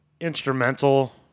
instrumental